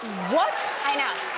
what? i know.